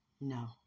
No